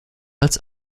als